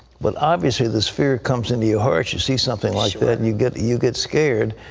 but obviously this fear comes into your heart. you see something like that, and you get you get scared.